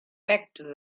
packed